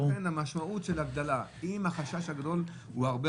לכן המשמעות של הגדלה עם החשש הגדול הוא הרבה